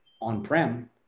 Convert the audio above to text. on-prem